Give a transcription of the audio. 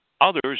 Others